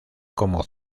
como